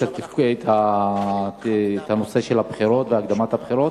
את הנושא של הבחירות והקדמת הבחירות?